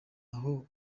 aho